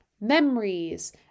memories